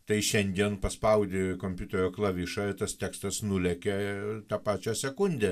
tai šiandien paspaudi kompiuterio klavišą ir tas tekstas nulekia tą pačią sekundę